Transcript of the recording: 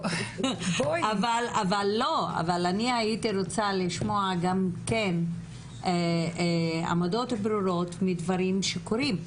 אבל אני הייתי רוצה לשמוע גם מכן עמדות ברורות מדברים שקורים,